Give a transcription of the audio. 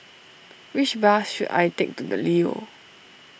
which bus should I take to the Leo